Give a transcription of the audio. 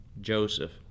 Joseph